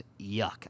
yuck